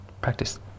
Practice